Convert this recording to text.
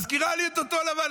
מזכירה לי אותו הדבר.